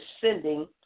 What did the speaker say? sending